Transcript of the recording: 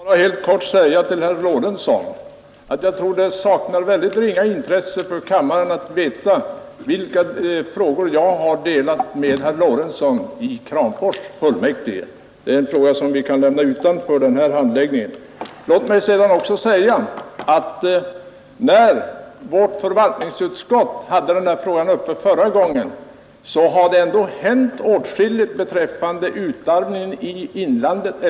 Herr talman! Jag vill helt kort säga till herr Lorentzon att jag tror det är av väldigt litet intresse för kammaren att få veta i vilka frågor jag har haft samma uppfattning som herr Lorentzon i Kramfors fullmäktige. Det kan vi lämna helt utanför den här debatten. Sedan vårt förvaltningsutskott hade den här frågan uppe till behandling förra gången har det hänt åtskilligt beträffande utarmningen i inlandet.